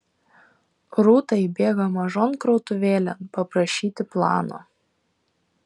rūta įbėga mažon krautuvėlėn paprašyti plano